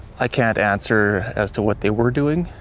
i can't answer as to what they were doing,